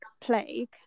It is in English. Plague